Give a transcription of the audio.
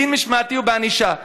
בדין משמעתי ובענישה.